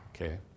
Okay